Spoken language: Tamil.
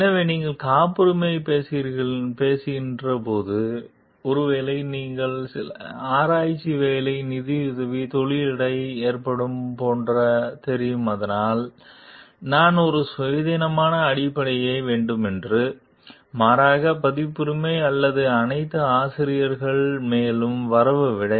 எனவே நீங்கள் காப்புரிமை பேசுகிறீர்கள் போது ஒருவேளை நீங்கள் சில ஆராய்ச்சி வேலை நிதியுதவி தொழில் இடையே ஏற்பாடு போன்ற தெரியும் அதனால் நான் ஒரு சுயாதீனமான அடிப்படை வேண்டும் என்று மாறாக பதிப்புரிமை அல்லது அனைத்து ஆசிரியர்கள் மேலும் வரவு விட